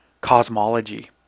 cosmology